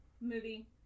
movie